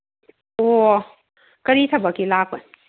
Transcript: ꯑꯣ ꯀꯔꯤ ꯊꯕꯛꯀꯤ ꯂꯥꯛꯄ